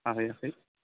माबायाखै